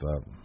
up